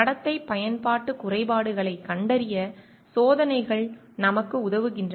நடத்தை பயன்பாட்டு குறைபாடுகளை கண்டறிய சோதனைகள் நமக்கு உதவுகின்றன